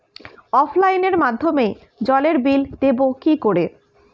অফলাইনে মাধ্যমেই জলের বিল দেবো কি করে?